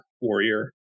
warrior